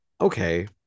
Okay